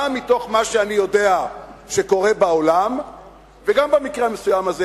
גם מתוך מה שאני יודע שקורה בעולם וגם במקרה המסוים הזה,